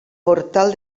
portal